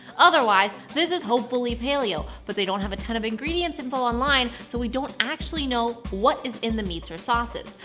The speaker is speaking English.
otherwise, this is hopefully paleo. but they don't have a ton of ingredients info online, so we don't actually know what is in the meats or sauces.